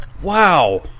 Wow